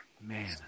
man